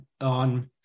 on